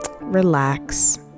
relax